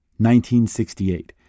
1968